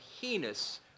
heinous